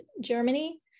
Germany